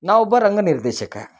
ನಾ ಒಬ್ಬ ರಂಗ ನಿರ್ದೇಶಕ